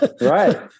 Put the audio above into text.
Right